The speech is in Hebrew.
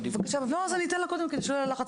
גם מבקשת שתקיים דיון המשך לפני החופש